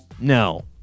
no